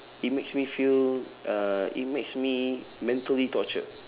it makes me feel uh it makes me mentally tortured